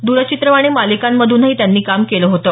द्रचित्रवाणी मालिकांमधूनही त्यांनी काम केलं होतं